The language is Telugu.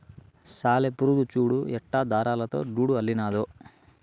సాలెపురుగు చూడు ఎట్టా దారాలతో గూడు అల్లినాదో